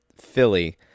Philly